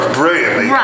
brilliantly